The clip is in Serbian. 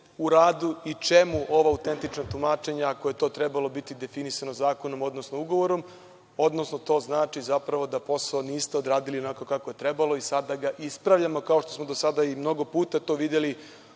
u radu i čemu ovo autentično tumačenje, ako je to trebalo biti definisano zakonom odnosno ugovorom, odnosno to zapravo znači da posao niste odradili onako kako je trebalo i sada ga ispravljamo kao što smo do sada i mnogo puta to videli